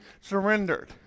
surrendered